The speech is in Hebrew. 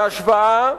להשוואה,